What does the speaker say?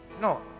No